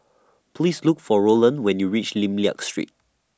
Please Look For Rolland when YOU REACH Lim Liak Street